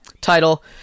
Title